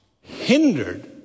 hindered